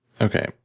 Okay